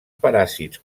paràsits